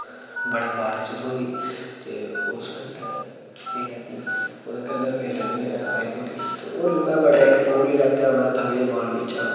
बड़े बारै च थ्होई ते उस पैंटै च केह् ऐ कि ओह्दा कलर फेंट नी होएया अह्ले धोड़ी ते होर बी में बड़ा इक फोन बी लैता में उत्थें वेव मॉल बिच्चा